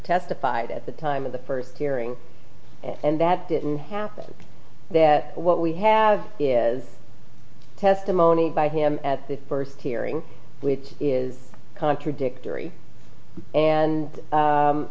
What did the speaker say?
testified at the time of the first hearing and that didn't happen there what we have is testimony by him at the first hearing which is contradictory and